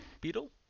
Beetle